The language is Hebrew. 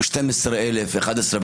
12,000 לערך.